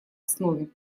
основе